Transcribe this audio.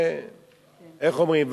איך אומרים?